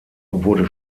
wurde